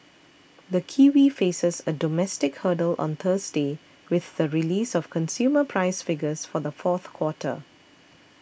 the kiwi faces a domestic hurdle on Thursday with the release of consumer price figures for the fourth quarter